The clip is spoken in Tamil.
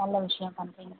நல்ல விஷயம் பண்ணுறீங்க